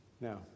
Now